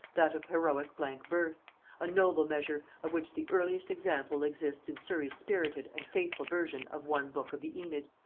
that of heroic blank verse a noble measure, of which the earliest example exists in surry's spirited and faithful version of one book of the aeneid.